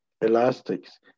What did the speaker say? elastics